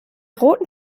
roten